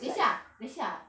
等一下等一下